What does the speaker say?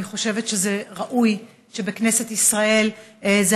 אני חושבת שזה ראוי שבכנסת ישראל זאת